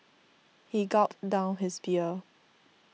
he gulped down his beer